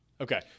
Okay